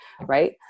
right